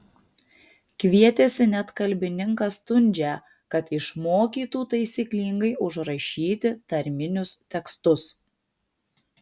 kvietėsi net kalbininką stundžią kad išmokytų taisyklingai užrašyti tarminius tekstus